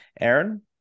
Aaron